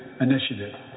initiative